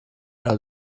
out